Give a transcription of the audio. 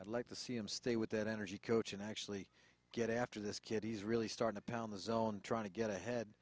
i'd like to see him stay with that energy coach and actually get after this kid he's really start to pound the zone trying to get ahead